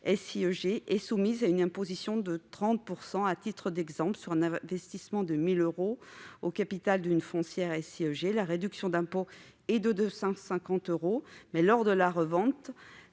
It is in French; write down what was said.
SIEG est soumise à une imposition de 30 %. À titre d'exemple, sur un investissement de 1 000 euros au capital d'une foncière SIEG, la réduction d'impôt est de 250 euros, mais lors de la revente,